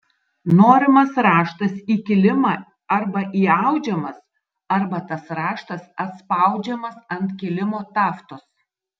norimas raštas į kilimą arba įaudžiamas arba tas raštas atspaudžiamas ant kilimo taftos